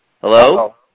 Hello